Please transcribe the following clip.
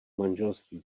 manželství